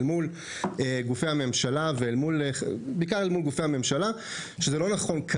אל מול גופי הממשלה הייתה שזה לא נכון לייצר